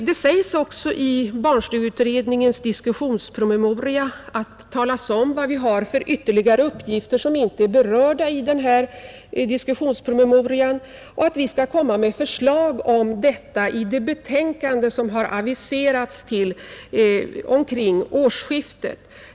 Det talas också i barnstugeutredningens diskussionspromemoria om vilka ytterligare uppgifter vi har utöver dem som berörs i promemorian. Det sägs att vi skall komma med förslag beträffande dessa frågor i det betänkande som har aviserats till tiden omkring årsskiftet.